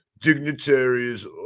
dignitaries